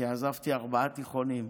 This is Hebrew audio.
כי עזבתי ארבעה תיכונים,